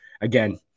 again